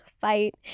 fight